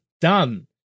done